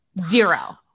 zero